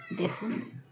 দেখুন